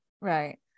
Right